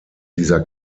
dieser